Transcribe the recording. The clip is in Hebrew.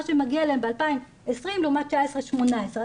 שמגיע אליהם ב-2020 לעומת 2019 ו-2018.